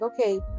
Okay